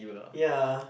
ya